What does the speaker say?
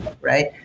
right